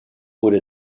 wurde